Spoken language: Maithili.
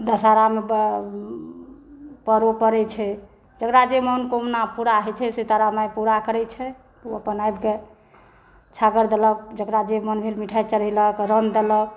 दशहरामे पाराओ परै छै जेकरा जे मनोकामना पूरा होइ छै से तारामाय पूरा करै छै ओ अपन आबिक छागर देलक जेकरा जे मन भेल मिठाई चढ़ेलक देलक